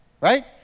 right